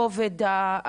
כנראה בגלל כובד האירוח,